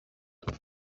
του